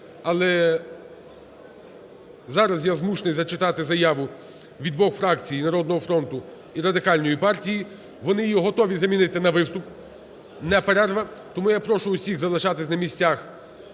Але зараз я змушений зачитати заяву від двох фракцій: "Народного фронту" і Радикальної партії. Вони її готові замінити на виступ, не перерва. Тому я прошу усіх залишатися на місцях.